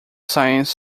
science